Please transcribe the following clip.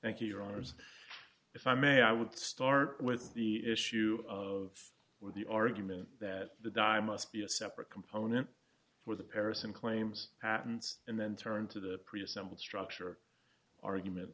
thank you your honors if i may i would start with the issue of with the argument that the die must be a separate component for the paris and claims patent and then turn to the pre assembled structure argument